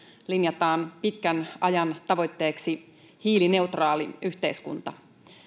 linjataan pitkän ajan tavoitteeksi hiilineutraali yhteiskunta